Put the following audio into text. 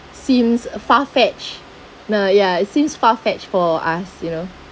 seems a far fetched know ya it seems far fetched for us you know